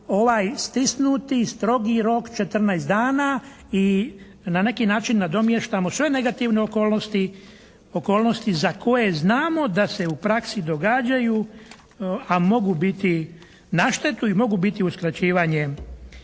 ovaj stisnuti, strogi rok 14 dana i na neki način nadomještamo sve negativne okolnosti za koje znamo da se u praksi događaju, a mogu biti na štetu i mogu biti uskraćivanje